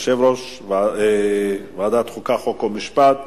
עוברים עכשיו להחלטת ועדת החוקה, חוק ומשפט,